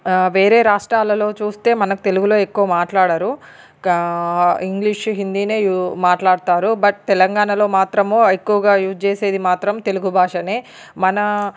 వేరే రాష్ట్రాలలో చూస్తే మన తెలుగులో ఎక్కువ మాట్లాడరు గా ఇంగ్లీష్ హిందీనే యూ మాట్లాడతారు బట్ తెలంగాణలో మాత్రము ఎక్కువగా యూజ్ చేసేది మాత్రం తెలుగు భాషనే మన